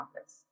office